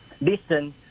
listen